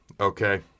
okay